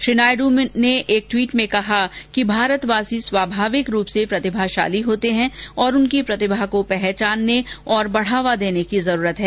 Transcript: श्री नायडू ने एक ट्वीट में कहा है कि भारतवासी स्वाभाविक रूप से प्रतिभाशाली होते हैं और उनकी प्रतिभा को पहचानने और बढ़ावा देने की जरूरत है